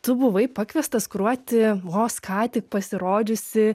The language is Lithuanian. tu buvai pakviestas kuruoti vos ką tik pasirodžiusį